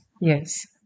Yes